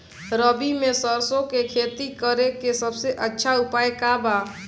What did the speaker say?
रबी में सरसो के खेती करे के सबसे अच्छा उपाय का बा?